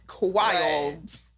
Wild